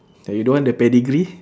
then you don't want the pedigree